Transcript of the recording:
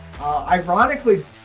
Ironically